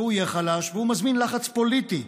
והוא יהיה חלש והוא מזמין לחץ פוליטי.